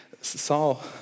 Saul